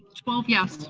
twelve yes.